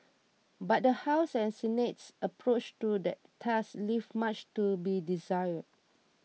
but the House and Senate's approach to that task leave much to be desired